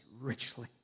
richly